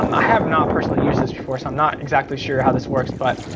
um i have not personally used this before, so i'm not exactly sure how this works. but